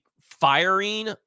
firing